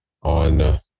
on